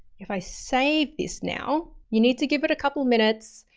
if i save this now you need to give it a couple of minutes.